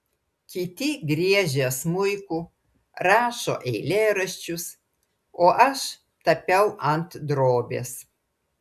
kiti griežia smuiku rašo eilėraščius o aš tapiau ant drobės